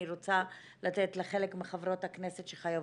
אני רוצה לתת לחלק מחברות הכנסת שחייבות